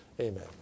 Amen